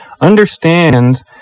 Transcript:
understands